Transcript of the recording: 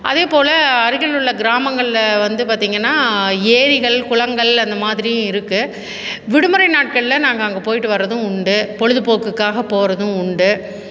அதேபோல அருகில் உள்ள கிராமங்களில் வந்து பார்த்திங்கன்னா ஏரிகள் குளங்கள் அந்தமாதிரியும் இருக்குது விடுமுறை நாட்களில் நாங்கள் அங்கே போயிட்டு வர்றதும் உண்டு பொழுதுபோக்குக்காக போறதும் உண்டு